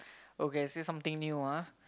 okay I say something new ah